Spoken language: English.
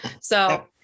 So-